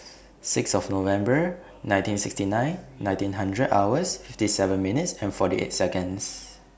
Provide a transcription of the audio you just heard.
six of November nineteen sixty nine nineteen hundred hours fifty seven minutes and forty eight Seconds